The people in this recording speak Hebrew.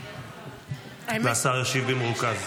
והשר ישיב במרוכז.